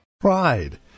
Pride